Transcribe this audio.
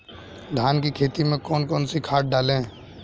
धान की खेती में कौन कौन सी खाद डालें?